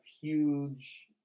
huge